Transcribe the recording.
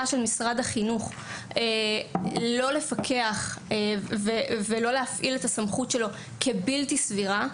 משרד החינוך שלא לפקח ולהפעיל את סמכותו כבלתי סבירה.